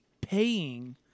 paying